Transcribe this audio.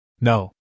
No